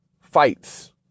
fights